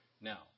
Now